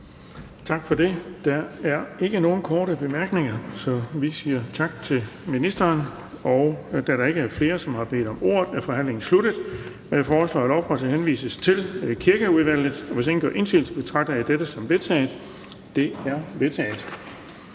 Tak for det. Der er ikke nogen korte bemærkninger, så vi siger tak til ministeren. Da der ikke er flere, som har bedt om ordet, er forhandlingen sluttet. Jeg foreslår, at lovforslaget henvises til Kirkeudvalget. Hvis ingen gør indsigelse, betragter jeg dette som vedtaget. Det er vedtaget.